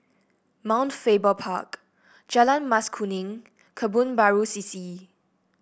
Mount Faber Park Jalan Mas Kuning Kebun Baru C C